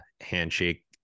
handshake